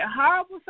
horrible